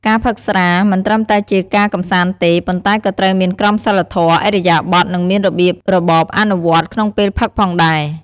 ការផឹកស្រា មិនត្រឹមតែជាការកម្សាន្តទេ ប៉ុន្តែក៏ត្រូវមានក្រមសីលធម៌ ឥរិយាបថ និងមានរបៀបរបបអនុវត្តក្នុងពេលផឹកផងដែរ។